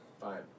Fine